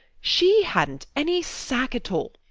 she hadnt any sac at all.